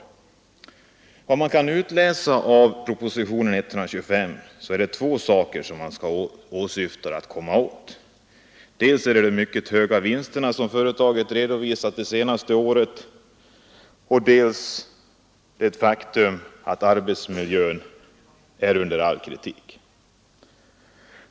Enligt vad som kan utläsas ur propositionen 125 är det två saker som man åsyftar att göra någonting åt: dels de mycket höga vinster som företagen redovisat det senaste året, dels en satsning på arbetsmiljön, som är under all kritik.